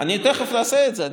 אני תכף אעשה את זה.